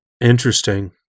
Interesting